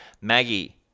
Maggie